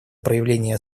проявление